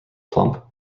plump